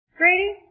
grady